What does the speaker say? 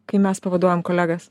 kai mes pavaduojam kolegas